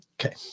Okay